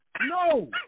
no